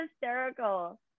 hysterical